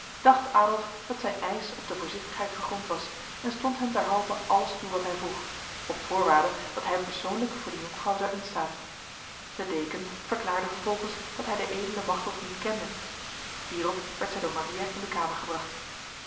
dacht adolf dat zijn eis op de voorzichtigheid gegrond was en stond hem derhalve alles toe wat hij vroeg op voorwaarde dat hij persoonlijk voor de jonkvrouw zou instaan de deken verklaarde vervolgens dat hij de edele machteld niet kende hierop werd zij door maria in de kamer gebracht